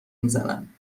میزنن